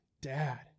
dad